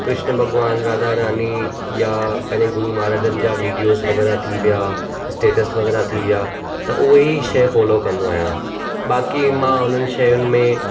कृष्न भॻवानु राधा रानी या पंहिंजे गुरू महाराजनि जा विडियोसि वग़ैरह थी विया इस्टेटस वग़ैरह थी विया त उहे ई शइ फॉलो कंदो आहियां बाक़ी मां हुननि शयुनि में